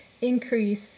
increase